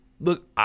Look